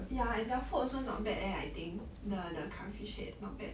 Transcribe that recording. ya and their food also not bad leh I think the the curry fish head not bad